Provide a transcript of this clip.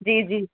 जी जी